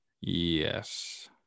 Yes